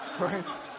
right